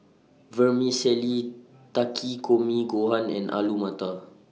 Vermicelli Takikomi Gohan and Alu Matar